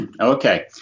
Okay